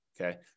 Okay